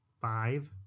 Five